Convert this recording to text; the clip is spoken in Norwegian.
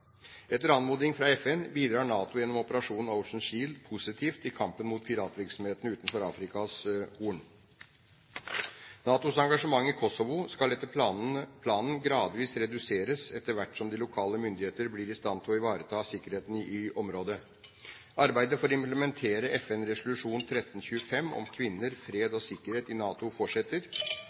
Etter anmodning fra FN bidrar NATO gjennom operasjonen Ocean Shield positivt i kampen mot piratvirksomheten utenfor Afrikas Horn. NATOs engasjement i Kosovo skal etter planen gradvis reduseres etter hvert som de lokale myndigheter blir i stand til å ivareta sikkerheten i området. Arbeidet for å implementere FN-resolusjon 1325 om kvinner, fred og sikkerhet i NATO fortsetter.